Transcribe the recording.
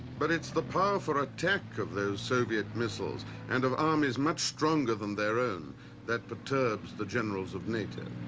but it's the powerful attack of those soviet missiles and of armies much stronger than their own that perturbs the generals of nato.